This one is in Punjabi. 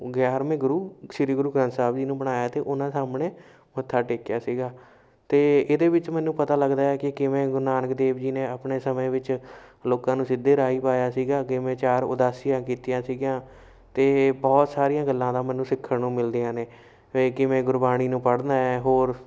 ਗਿਆਰ੍ਹਵੇਂ ਗੁਰੂ ਸ਼੍ਰੀ ਗੁਰੂ ਗ੍ਰੰਥ ਸਾਹਿਬ ਜੀ ਨੂੰ ਬਣਾਇਆ ਅਤੇ ਉਹਨਾਂ ਸਾਹਮਣੇ ਮੱਥਾ ਟੇਕਿਆ ਸੀਗਾ ਅਤੇ ਇਹਦੇ ਵਿੱਚ ਮੈਨੂੰ ਪਤਾ ਲੱਗਦਾ ਹੈ ਕਿ ਕਿਵੇਂ ਗੁਰੂ ਨਾਨਕ ਦੇਵ ਜੀ ਨੇ ਆਪਣੇ ਸਮੇਂ ਵਿੱਚ ਲੋਕਾਂ ਨੂੰ ਸਿੱਧੇ ਰਾਹੀਂ ਪਾਇਆ ਸੀਗਾ ਕਿਵੇਂ ਚਾਰ ਉਦਾਸੀਆਂ ਕੀਤੀਆਂ ਸੀਗੀਆਂ ਅਤੇ ਬਹੁਤ ਸਾਰੀਆਂ ਗੱਲਾਂ ਦਾ ਮੈਨੂੰ ਸਿੱਖਣ ਨੂੰ ਮਿਲਦੀਆਂ ਨੇ ਅਤੇ ਕਿਵੇਂ ਗੁਰਬਾਣੀ ਨੂੰ ਪੜ੍ਹਨਾ ਹੈ ਹੋਰ